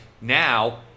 now